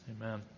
Amen